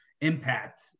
impact